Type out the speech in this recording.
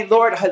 Lord